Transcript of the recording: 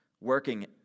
working